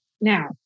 Now